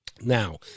now